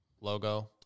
logo